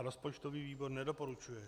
Rozpočtový výbor nedoporučuje.